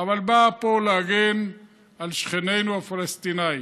אבל בא פה להגן על שכנינו הפלסטינים.